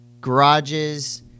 garages